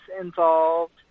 involved